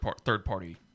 third-party